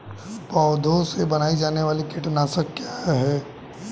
पौधों से बनाई जाने वाली कीटनाशक क्या है?